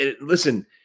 Listen